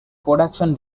production